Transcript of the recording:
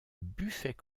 buffet